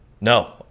No